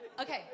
Okay